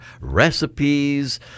recipes